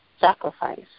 sacrifice